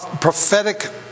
prophetic